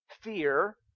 fear